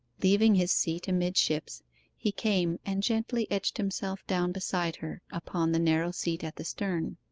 leaving his seat amidships he came and gently edged himself down beside her upon the narrow seat at the stern.